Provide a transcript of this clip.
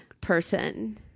person